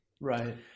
Right